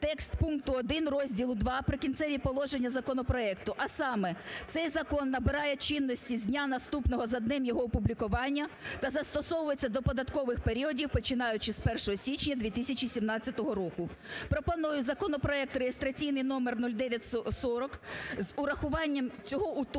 текст пункту 1 розділу ІІ "Прикінцеві положення" законопроекту, а саме цей закон набирає чинності з дня наступного за днем його опублікування та застосовується до податкових періодів, починаючи з 1 січня 2017 року. Пропоную законопроект (реєстраційний номер 0940) з урахуванням цього